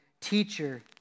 teacher